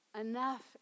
Enough